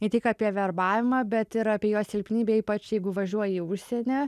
ne tik apie verbavimą bet ir apie jo silpnybę ypač jeigu važiuoji į užsienį